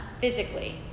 physically